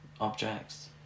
objects